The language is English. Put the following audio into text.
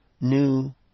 new